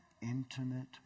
intimate